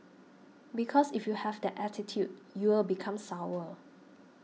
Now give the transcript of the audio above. because if you have that attitude you'll become sour